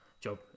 job